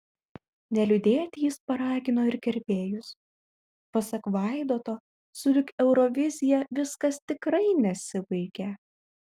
neliūdėti jis paragino ir gerbėjus pasak vaidoto sulig eurovizija viskas tikrai nesibaigia